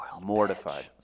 mortified